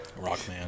Rockman